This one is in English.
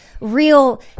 real